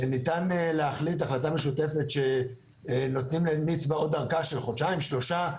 ניתן להחליט החלטה משותפת שנותנים לנצבא עוד ארכה של חודשיים-שלושה,